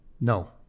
No